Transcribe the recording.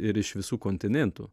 ir iš visų kontinentų